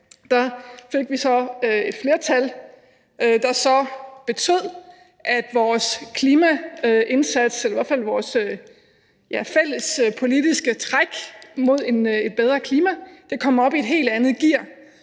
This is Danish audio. fik vi så et flertal, der betød, at vores klimaindsats, i hvert fald vores fælles politiske træk mod et bedre klima, kom op i et helt andet gear,